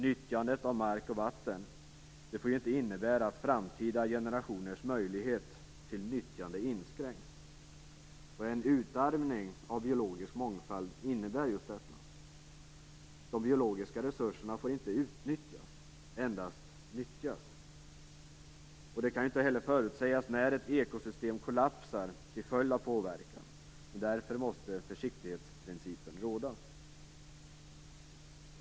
Nyttjandet av mark och vatten får inte innebära att framtida generationers möjlighet till nyttjande inskränks. En utarmning av biologisk mångfald innebär just detta. De biologiska resurserna får inte utnyttjas, utan endast nyttjas. Det kan inte heller förutsägas när ett ekosystem kollapsar till följd av påverkan. Därför måste försiktighetsprincipen råda.